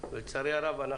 לצערי הרב,